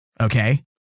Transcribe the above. okay